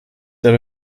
that